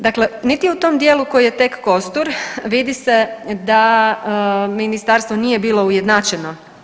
Dakle, niti u tom dijelu koji je tek kostur vidi se da ministarstvo nije bilo ujednačeno.